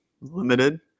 limited